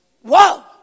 Whoa